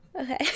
Okay